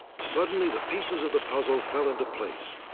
suddenly, the pieces of the puzzle fell into place.